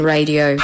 Radio